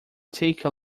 take